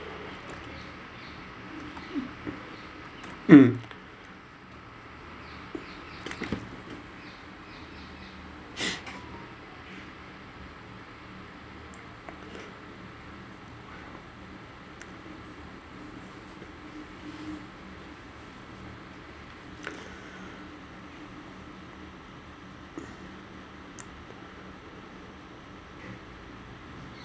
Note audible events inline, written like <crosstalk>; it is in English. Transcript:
mm <breath> <noise>